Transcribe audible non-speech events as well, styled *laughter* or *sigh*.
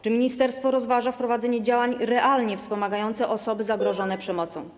Czy ministerstwo rozważa wprowadzenie działań realnie wspomagających osoby *noise* zagrożone przemocą?